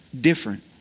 different